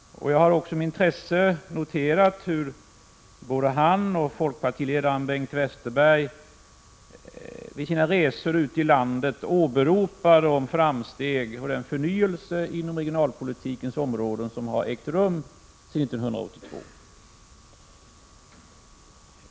Jag har också med intresse noterat hur både han och folkpartiledaren Bengt Westerberg vid sina resor ute i landet åberopar de framsteg och den förnyelse inom regionalpolitikens område som har ägt rum sedan 1982.